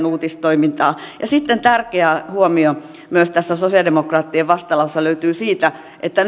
uutistoimintaa sitten myös se tärkeä huomio tästä sosiaalidemokraattien vastalauseesta löytyy että